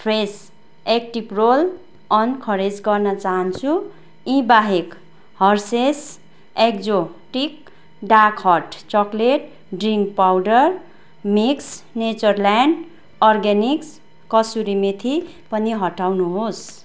fresh active roll on खारेज गर्न चाहान्छु यी बाहेक Hershey's exotic dark hot chocolate drink powder max Natureland organic कसुरी मेथी पनि हटाउनु होस्